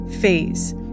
phase